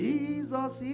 Jesus